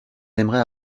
aimerait